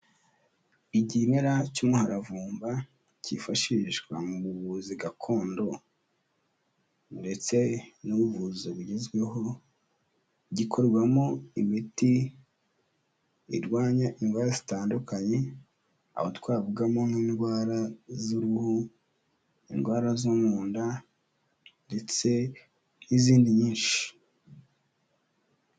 Ikimera cy'umuharamvumba kfashishwa mu buvuzi gakondo ndetse n'ubuvuzi bugezweho, gikorwamo imiti irwanya indwara zitandukanye aho twavugamo nk'indwara z'uruhu, indwara zo mu nda ndetse n'izindi nyinshi.